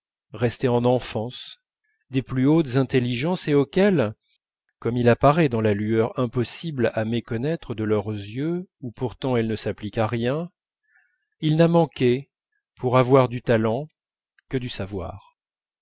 restés en enfance des plus hautes intelligences et auxquels comme il apparaît dans la lueur impossible à méconnaître de leurs yeux où pourtant elle ne s'applique à rien il n'a manqué pour avoir du talent que du savoir